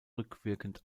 rückwirkend